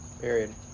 Period